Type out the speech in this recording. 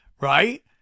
right